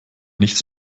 nichts